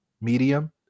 medium